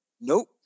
Nope